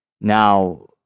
Now